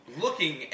Looking